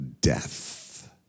death